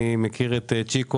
אני מכיר את צ'יקו,